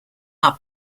are